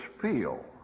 feel